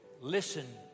Listen